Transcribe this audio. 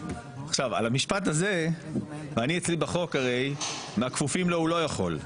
אצלי בחוק הרי, מהכפופים לו הוא לא יכול.